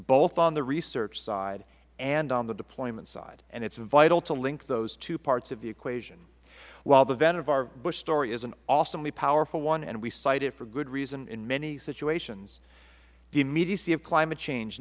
both on the research side and on the deployment side and it is vital to link those two parts of the equation while the vannevar bush story is an awesomely powerful one and we cite it for good reason in many situations the immediacy of climate change